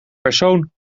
persoon